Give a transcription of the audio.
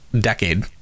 decade